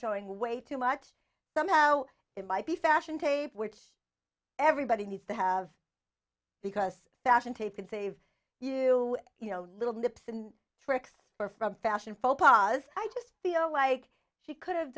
showing way too much from how it might be fashion tape which everybody needs to have because fashion tape can save you you know little nips and tricks her from fashion for pas i just feel like she could have